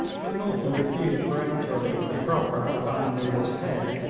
macnaghten refused peremptorily the proffer of ameenoolla's head,